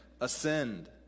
ascend